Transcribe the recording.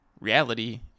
Reality